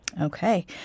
Okay